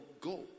go